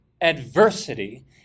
adversity